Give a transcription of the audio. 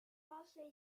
maße